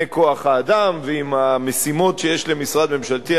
כוח-האדם ועם המשימות שיש למשרד ממשלתי.